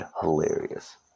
hilarious